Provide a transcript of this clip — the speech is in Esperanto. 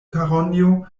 karonjo